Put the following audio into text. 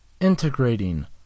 Integrating